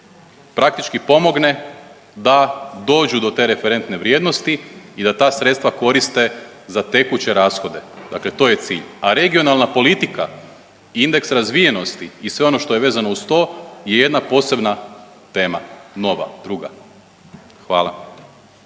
praktički pomogne da dođu do te referentne vrijednosti i da ta sredstva koriste za tekuće rashode. Dakle, to je cilj. A regionalna politika, indeks razvijenosti i sve ono što je vezano uz to je jedna posebna tema, nova, druga. Hvala.